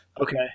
okay